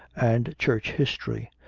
and church history.